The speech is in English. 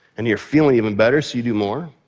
and you're feeling even better, so you do more.